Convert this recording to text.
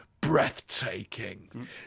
Breathtaking